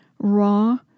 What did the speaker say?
raw